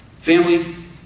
Family